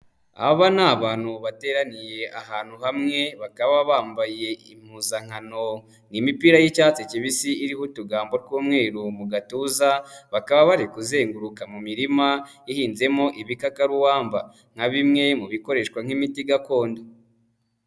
Aba ni abantu bateraniye ahantu hamwe bakaba bambaye impuzankano, ni imipira y'icyatsi kibisi iriho utugambo tw'umweru mu gatuza, bakaba bari kuzenguruka mu mirima ihinzemo ibikakarumba nka bimwe mu bikoreshwa nk'imiti gakondo.